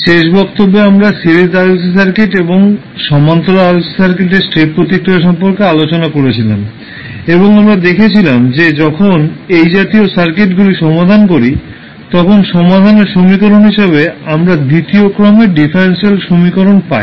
শেষ বক্ত্যব্যে আমরা সিরিজ RLC সার্কিট এবং সমান্তরাল RLC সার্কিটের স্টেপ প্রতিক্রিয়া সম্পর্কে আলোচনা করেছিলাম এবং আমরা দেখেছিলাম যে যখন এই জাতীয় সার্কিটগুলি সমাধান করি তখন সমাধানের সমীকরণ হিসাবে আমরা দ্বিতীয় ক্রমের ডিফারেনশিয়াল সমীকরণ পাই